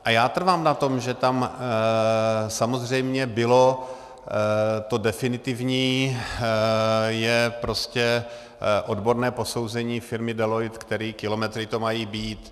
A já trvám na tom, že tam samozřejmě bylo... to definitivní je prostě odborné posouzení firmy Deloitte, které kilometry to mají být.